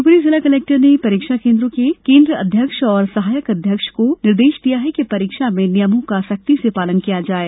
शिवपूरी जिला कलेक्टर ने परीक्षा केंद्रों के केंद्र अध्यक्ष और सहायक केंद्र अध्यक्ष को निर्देश दिया कि परीक्षा में नियमों का सख्ती से पालन किया जाये